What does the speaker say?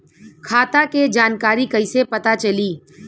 खाता के जानकारी कइसे पता चली?